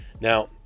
Now